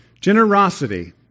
Generosity